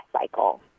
cycle